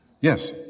Yes